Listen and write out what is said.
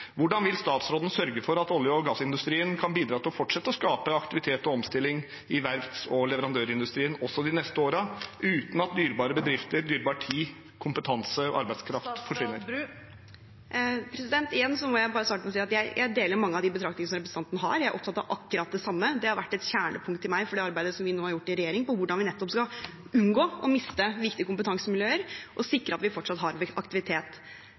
Hvordan vil statsråden sørge for at olje- og gassindustrien kan bidra til å fortsette å skape aktivitet og omstilling i verfts- og leverandørindustrien også de neste årene – uten at dyrebare bedrifter, dyrebar tid, kompetanse og arbeidskraft forsvinner? Igjen må jeg bare starte med å si at jeg deler mange av betraktningene representanten har. Jeg er opptatt av akkurat det samme. Det har vært et kjernepunkt for meg i det arbeidet vi nå har gjort i regjeringen på hvordan vi nettopp skal unngå å miste viktige kompetansemiljøer og sikre at vi fortsatt har aktivitet.